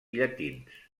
llatins